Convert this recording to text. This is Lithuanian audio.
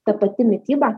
ta pati mityba